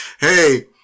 Hey